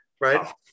Right